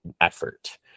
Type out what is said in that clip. effort